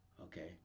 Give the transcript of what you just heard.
Okay